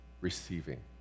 receiving